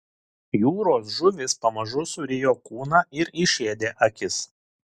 jūros žuvys pamažu surijo kūną ir išėdė akis